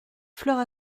fleurs